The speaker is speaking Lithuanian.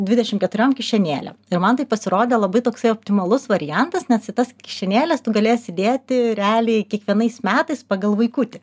dvidešim keturiom kišenėlėm ir man tai pasirodė labai toksai optimalus variantas nes į tas kišenėles tu galėsi dėti realiai kiekvienais metais pagal vaikutį